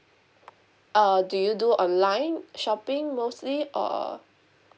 err do you do online shopping mostly or